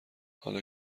حالا